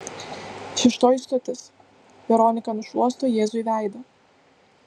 šeštoji stotis veronika nušluosto jėzui veidą